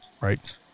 right